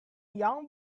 young